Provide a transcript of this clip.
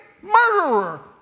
murderer